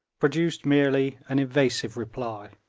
produced merely an evasive reply.